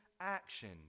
action